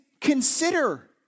consider